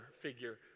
figure